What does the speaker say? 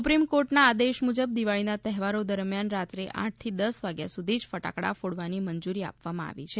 સુપ્રીમકોર્ટના આદેશ મુજબ દિવાળીના તહેવારો દરમિયાન રાત્રે આઠથી દસ વાગ્યા સુધી જ ફટાકડા ફોડવાની મંજુરી આપવામાં આવી છે